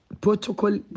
protocol